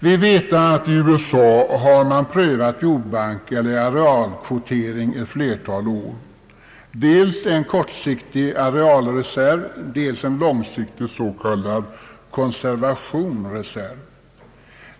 Vi vet att man i USA har prövat jordbank eller arealkvotering ett flertal år. Det gäller dels en kortsiktig arealreserv, dels en långsiktig s.k. conservation reserv.